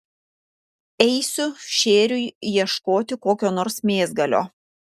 eisiu šėriui ieškoti kokio nors mėsgalio